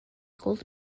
gold